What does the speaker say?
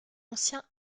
ancien